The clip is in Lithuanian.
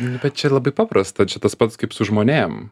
nu bet čia labai paprasta čia tas pats kaip su žmonėm